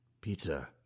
pizza